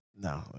No